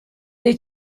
dei